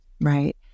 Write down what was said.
Right